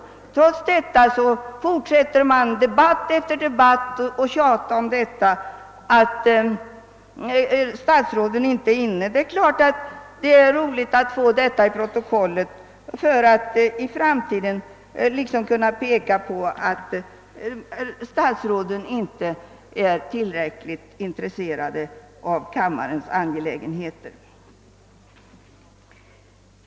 Detta oaktat fortsätter oppositionen i debatt efter debatt att tjata om att statsråden är frånvarande. Naturligtvis är det roligt att få sådant i protokollet för att i framtiden kunna peka på att statsråden inte är tillräckligt intresserade av kammarens angelägenheter.